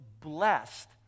blessed